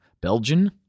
Belgian